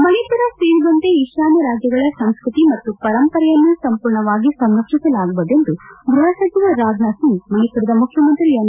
ಮಣಿಪುರ ಸೇರಿದಂತೆ ಈತಾನ್ನ ರಾಜ್ಯಗಳ ಸಂಸ್ಕತಿ ಮತ್ತು ಪರಂಪರೆಯನ್ನು ಸಂಪೂರ್ಣವಾಗಿ ಸಂರಂಕ್ಷಿಸಲಾಗುವುದು ಎಂದು ಗೃಹ ಸಚಿವ ರಾಜನಾಥ್ ಸಿಂಗ್ ಮಣಿಪುರದ ಮುಖ್ಯಮಂತ್ರಿ ಎನ್